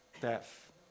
death